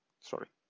Sorry